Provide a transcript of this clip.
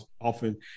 often